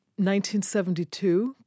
1972